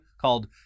called